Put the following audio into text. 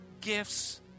gifts